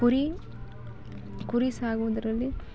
ಕುರಿ ಕುರಿ ಸಾಗೋದರಲ್ಲಿ